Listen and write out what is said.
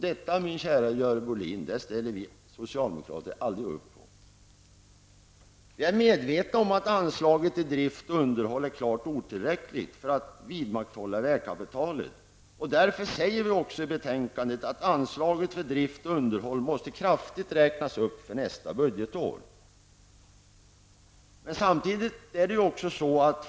Detta, min kära Görel Bohlin, ställer vi socialdemokrater aldrig upp på. Vi är medvetna om att anslaget till drift och underhåll är klart otillräckligt för att man skall kunna vidmakthålla vägkapitalet. Därför säger vi också i betänkandet att anslaget för drift och underhåll måste räknas upp kraftigt för nästa budgetår.